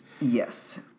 Yes